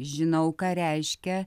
žinau ką reiškia